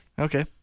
Okay